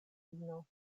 fino